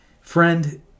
Friend